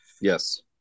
Yes